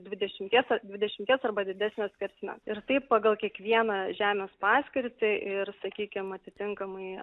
dvidešimties dvidešimties arba didesnio skersmens ir taip pagal kiekvieną žemės paskirtį ir sakykim atitinkamai